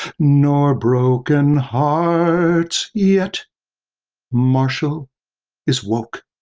nor broken hearts, yet marshall is woke.